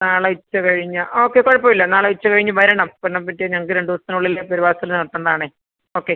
നാളെ ഉച്ച കഴിഞ്ഞാൽ ഓക്കെ കുഴപ്പം ഇല്ല നാളെ ഉച്ച കഴിഞ്ഞ് വരണം കാരണം പിറ്റേന്ന് ഞങ്ങൾക്ക് രണ്ട് ദിവസത്തിനുള്ളിൽ പെര വാർക്കല് നടത്തേണ്ടതാണേ ഓക്കെ